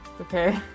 Okay